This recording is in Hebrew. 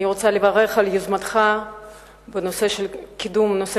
אני רוצה לברך על היוזמה שלך לקידום נושא